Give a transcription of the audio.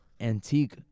antique